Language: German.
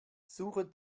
suche